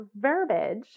verbiage